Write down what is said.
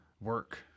work